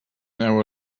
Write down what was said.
hour